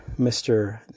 Mr